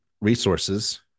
resources